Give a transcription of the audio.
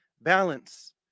balance